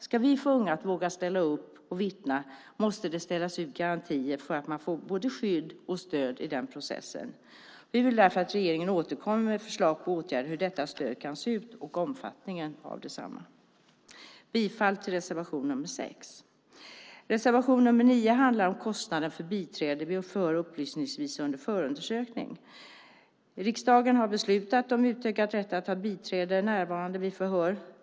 Ska vi få unga att ställa upp och vittna måste det ställas ut garantier om att man får både skydd och stöd i processen. Vi vill därför att regeringen återkommer med förslag på åtgärder och hur detta stöd kan se ut och omfattningen av detsamma. Jag yrkar bifall till reservation nr 6. Reservation nr 9 handlar om kostnaderna för biträde vid förhör upplysningsvis under förundersökning. Riksdagen har beslutat om utökad rätt att ha biträde vid förhör.